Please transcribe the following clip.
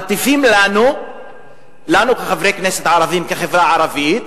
מטיפים לנו, חברי הכנסת הערבים, החברה הערבית: